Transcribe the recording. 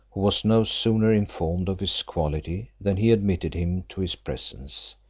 who was no sooner informed of his quality than he admitted him to his presence,